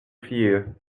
fear